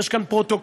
יש כאן פרוטוקול,